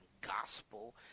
gospel